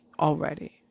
already